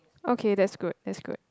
okay that's good that's good